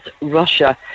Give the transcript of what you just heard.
Russia